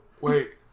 wait